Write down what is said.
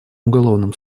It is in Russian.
уголовным